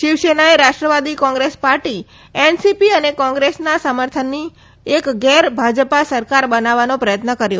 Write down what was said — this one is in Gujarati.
શિવસેનાએ રાષ્ટ્રવાદી કોંગ્રેસ પાર્ટી એનસીપી અને કોંગ્રેસના સમર્થનથી એક ગેર ભાજપા સરકાર બનાવવાનો પ્રયત્ન કર્યો